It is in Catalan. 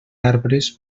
arbres